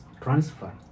transfer